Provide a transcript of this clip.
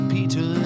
Peter